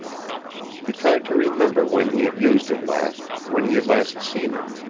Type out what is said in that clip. he tried to remember when he had used it last, when he had last seen it.